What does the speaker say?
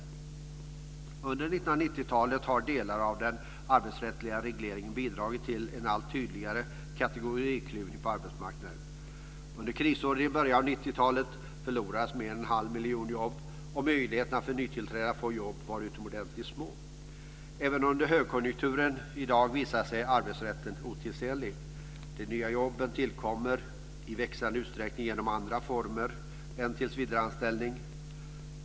Under 1990-talet har delar av den arbetsrättsliga regleringen bidragit till en allt tydligare kategoriklyvning på arbetsmarknaden. Under krisåren i början av 90-talet förlorades mer än en halv miljon jobb och möjligheterna för nytillträdande att få jobb var utomordentligt små. Även under högkonjunkturen i dag visar sig arbetsrätten otidsenlig. De nya jobben tillkommer i växande utsträckning genom andra former än tillsvidareanställning.